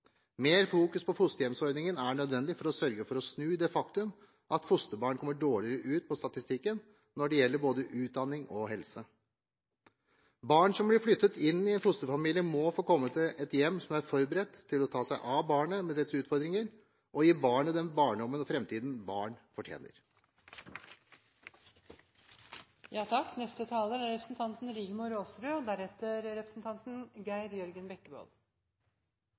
Mer fokus på fosterhjemsordningen er nødvendig for å sørge for å snu det faktum at fosterbarn kommer dårligere ut på statistikken når det gjelder både utdanning og helse. Barn som blir flyttet inn i en fosterfamilie, må få komme til et hjem som er forberedt på å ta seg av barnet med dets utfordringer og gi barnet den barndommen og framtiden barn fortjener. Fosterhjemsordningen er